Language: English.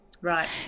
Right